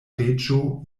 reĝo